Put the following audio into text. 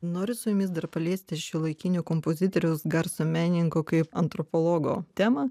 noriu su jumis dar paliesti šiuolaikinio kompozitoriaus garso menininko kaip antropologo temą